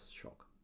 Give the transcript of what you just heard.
shock